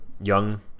young